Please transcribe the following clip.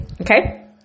okay